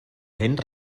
vent